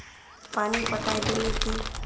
पानी पटाय दिये की?